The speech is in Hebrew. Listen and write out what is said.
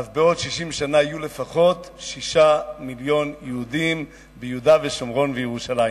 אז בעוד 60 שנה יהיו לפחות 6 מיליוני יהודים ביהודה ושומרון וירושלים,